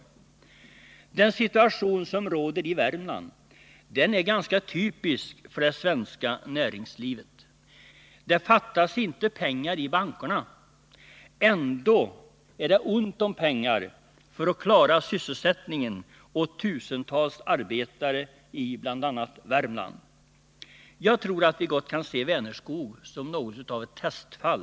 12 november 1979 Den situation som råder i Värmland är ganska typisk för det svenska näringslivet. Det fattas inte pengar i bankerna. Ändå är det ont om pengar för Om sysselsättatt klara sysselsättningen åt tusentals arbetare i bl.a. Värmland. Jag tror att vi ningen i Värmlands gott kan se Vänerskog som något av ett testfall.